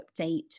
update